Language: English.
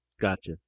Gotcha